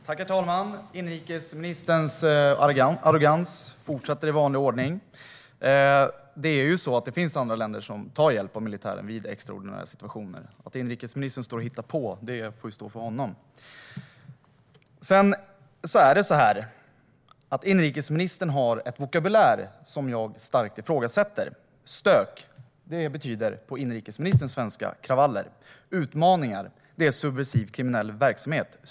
Herr talman! Inrikesministerns arrogans fortsätter, i vanlig ordning. Det är ju så att det finns andra länder som tar hjälp av militären vid extraordinära situationer. Att inrikesministern står och hittar på får stå för honom. Inrikesministern har en vokabulär som jag starkt ifrågasätter. "Stök" betyder på inrikesministerns svenska kravaller. "Utmaningar" är subversiv kriminell verksamhet.